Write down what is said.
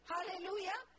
Hallelujah